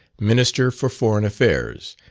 minister for foreign affairs,